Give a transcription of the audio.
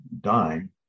dying